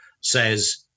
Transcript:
says